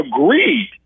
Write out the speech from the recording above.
agreed